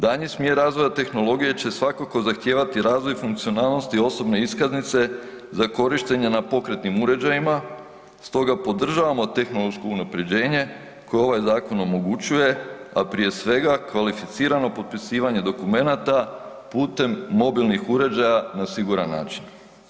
Daljnji smjer razvoja tehnologije će svakako zahtijevati razvoj funkcionalnosti osobne iskaznice za korištenje na pokretnim uređajima stoga podržavamo tehnološko unapređenje koje ovaj zakon omogućuje, a prije svega kvalificirano potpisivanje dokumenata putem mobilnih uređaja na siguran način.